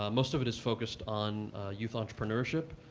um most of it is focused on youth entrepreneurship.